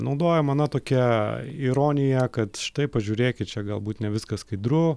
naudojama na tokia ironija kad štai pažiūrėkit čia galbūt ne viskas skaidru